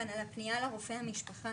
כשפניתי לטיפול במחלה אצל רופא המשפחה,